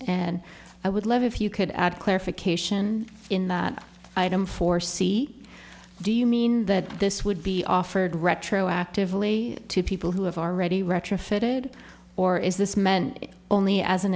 and i would love if you could add clarification in that item four c do you mean that this would be offered retroactively to people who have already retrofitted or is this meant only as an